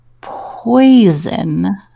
poison